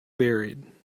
buried